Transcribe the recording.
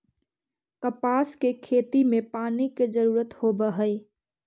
कपास के खेती में पानी के जरूरत होवऽ हई